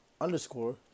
underscore